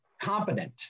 competent